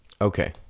Okay